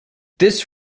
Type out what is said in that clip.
this